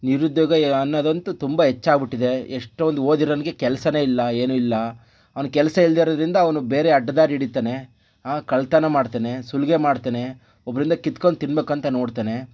ನಿರುದ್ಯೋಗ ಅನ್ನೋದಂತು ತುಂಬ ಹೆಚ್ಚಾಗಿ ಬಿಟ್ಟಿದೆ ಎಷ್ಟೊಂದು ಓದಿರೋನಿಗೆ ಕೆಲಸನೇ ಇಲ್ಲ ಏನು ಇಲ್ಲ ಅವ್ನು ಕೆಲಸ ಇಲ್ಲದೇ ಇರೋದ್ರಿಂದ ಅವನು ಬೇರೆ ಅಡ್ಡ ದಾರಿ ಹಿಡಿತಾನೆ ಕಳ್ಳತನ ಮಾಡ್ತಾನೆ ಸುಲಿಗೆ ಮಾಡ್ತಾನೆ ಒಬ್ಬರಿಂದ ಕಿತ್ಕೊಂಡು ತಿನ್ನಬೇಕು ಅಂತ ನೋಡ್ತಾನೆ